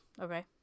Okay